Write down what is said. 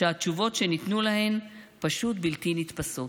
שהתשובות שניתנו להן פשוט בלתי נתפסות.